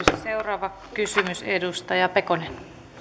seuraava kysymys edustaja pekonen